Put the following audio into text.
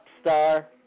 star